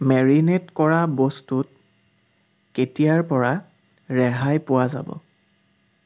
marinate কৰা বস্তুত কেতিয়াৰ পৰা ৰেহাই পোৱা যাব